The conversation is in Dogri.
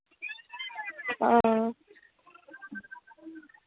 हां